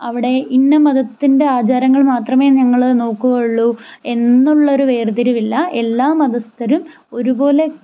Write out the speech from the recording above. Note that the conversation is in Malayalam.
അവിടെ ഇന്ന മതത്തിൻ്റെ ആചാരങ്ങൾ മാത്രമേ ഞങ്ങൾ നോക്കുള്ളൂ എന്നുള്ളൊരു വേർതിരിവില്ല എല്ലാ മതസ്ഥരും ഒരുപോലെ